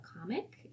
comic